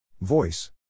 Voice